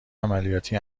عملیاتی